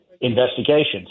investigations